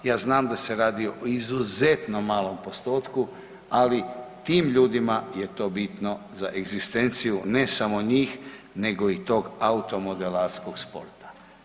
Ja znam da se radi o izuzetno malom postotku, ali tim ljudima je to bitno za egzistenciju, ne samo njih nego i tog automodelarskog sporta.